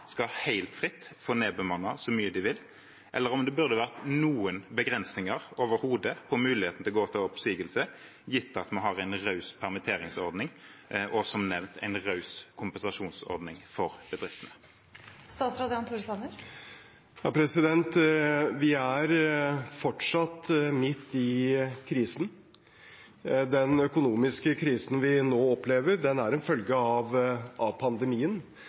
helt fritt skal få nedbemanne så mye de vil, eller om det burde vært noen begrensninger overhodet på muligheten til å gå til oppsigelse, gitt at vi har en raus permitteringsordning og, som nevnt, en raus kompensasjonsordning for bedriftene. Vi er fortsatt midt i krisen. Den økonomiske krisen vi nå opplever, er en følge av pandemien,